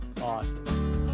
Awesome